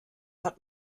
hat